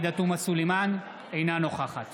אינה נוכחת